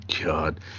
god